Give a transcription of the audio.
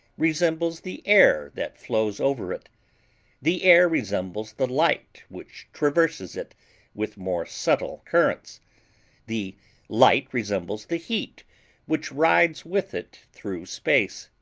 resembles the air that flows over it the air resembles the light which traverses it with more subtile currents the light resembles the heat which rides with it through space.